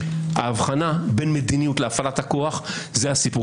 ההבחנה בין מדיניות להפעלת הכוח זה הסיפור.